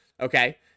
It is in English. okay